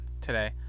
today